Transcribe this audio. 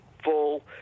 full